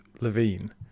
levine